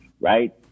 right